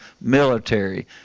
military